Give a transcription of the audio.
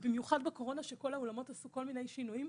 ובמיוחד בקורונה שכל האולמות עשו כל מיני שינויים,